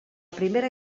primera